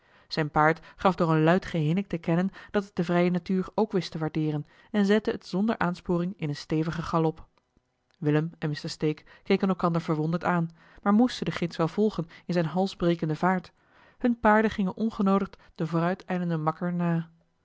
zijn paard gaf door een luid gehinnik te kennen dat het de vrije natuur ook wist te waardeeren en zette het zonder aansporing in een stevigen galop willem en mr stake keken elkander verwonderd aan maar moesten den gids wel volgen in zijne halsbrekende vaart hunne paarden gingen ongenoodigd den vooruitijlenden makker na